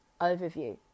overview